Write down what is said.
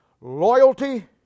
Loyalty